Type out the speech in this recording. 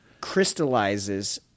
crystallizes